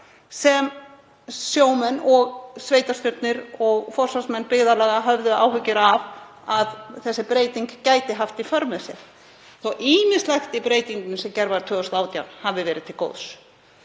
sem sjómenn og sveitarstjórnir og forsvarsmenn byggðarlaga höfðu áhyggjur af að breytingin gæti haft í för með sér, þótt ýmislegt í breytingunni sem gerð var 2018 hafi verið til góðs.